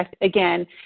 again